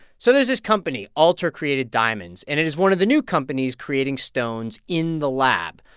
so there's this company, altr created diamonds, and it is one of the new companies creating stones in the lab.